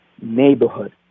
neighborhood